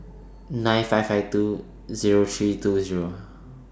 nine five five two Zero three two Zero